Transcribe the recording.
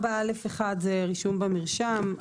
4א1 זה רישום במרשם,